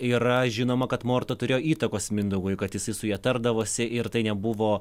yra žinoma kad morta turėjo įtakos mindaugui kad jisai su ja tardavosi ir tai nebuvo